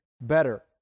better